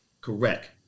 Correct